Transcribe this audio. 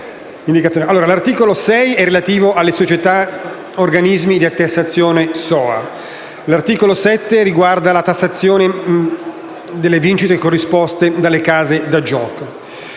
L'articolo 6 è relativo alle Società organismi di attestazione (SOA). L'articolo 7 riguarda la tassazione delle vincite corrisposte dalle case da gioco.